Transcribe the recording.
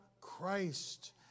Christ